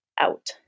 out